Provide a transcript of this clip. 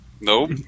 nope